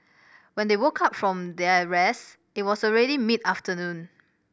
when they woke up from their rest it was already mid afternoon